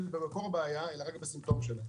במקור הבעיה אלא רק בסימפטומים שלה.